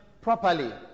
properly